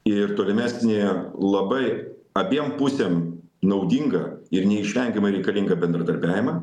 ir tolimesnį labai abiem pusėm naudingą ir neišvengiamai reikalingą bendradarbiavimą